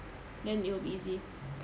then it will be easy